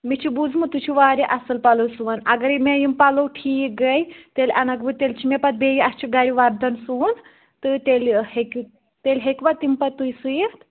مےٚ چھُ بوٗزمُت تُہۍ چھُ واریاہ اَصٕل پَلو سُوَن اَگرے مےٚ یِم پَلو ٹھیٖک گٔے تیٚلہِ اَنکھ بہٕ تیٚلہِ چھِ مےٚ پَتہٕ بیٚیہِ اَسہِ چھُ گَرِ وردن سُوُن تہٕ تیٚلہِ ہیٚکہِ تیٚلہِ ہیٚکوا تِم پَتہٕ تُہۍ سُوِتھ